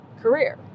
career